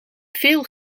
veel